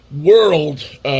world